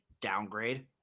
downgrade